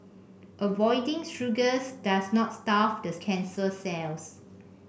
avoiding sugars does not starve this cancer cells